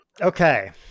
Okay